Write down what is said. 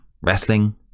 Wrestling